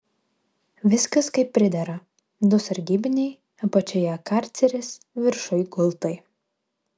viskas kaip pridera du sargybiniai apačioje karceris viršuj gultai